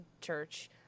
church